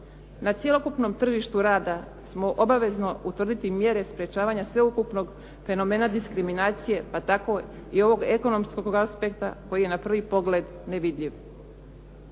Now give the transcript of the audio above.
Na cjelokupnom tržištu rada smo obavezni utvrditi mjere sprečavanja sveukupnog fenomena diskriminacije, pa tako i ovog ekonomskog aspekta koji je na prvo pogled nevidljiv.